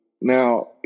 now